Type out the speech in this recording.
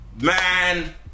man